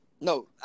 No